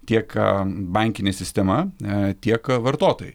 tiek bankinė sistema tiek vartotojai